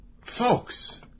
Folks